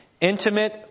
intimate